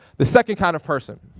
the second kind of person